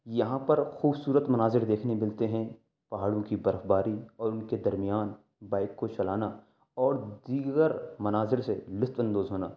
یہاں پر خوبصورت مناظر دیکھنے ملتے ہیں پہاڑوں کی برف باری اور ان کے درمیان بائک کو چلانا اور دیگر مناظر سے لطف اندوز ہونا